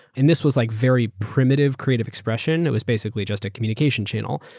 and this was like very primitive creative expression. it was basically just a communication channel.